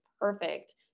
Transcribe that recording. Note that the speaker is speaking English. perfect